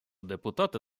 депутати